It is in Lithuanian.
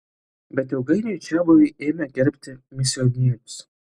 bet ilgainiui čiabuviai ėmė gerbti misionierius